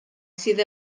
sydd